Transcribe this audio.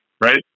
right